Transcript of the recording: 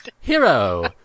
Hero